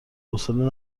حوصله